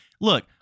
Look